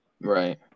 Right